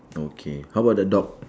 okay how about the dog